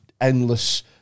endless